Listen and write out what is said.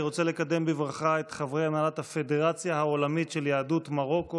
אני רוצה לקדם בברכה את חברי הנהלת הפדרציה העולמית של יהדות מרוקו,